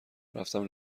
رفتم